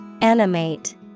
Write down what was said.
Animate